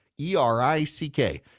E-R-I-C-K